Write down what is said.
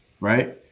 Right